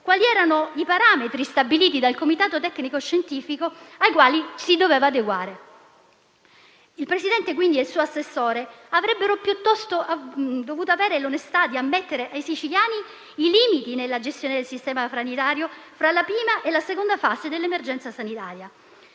quali erano i parametri stabiliti dal comitato tecnico-scientifico ai quali si doveva adeguare. Pertanto, il Presidente e il suo assessore avrebbero piuttosto dovuto avere l'onestà di ammettere di fronte ai siciliani i limiti nella gestione del sistema sanitario tra la prima e la seconda fase dell'emergenza sanitaria,